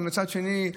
אבל מצד שני,